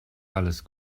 alles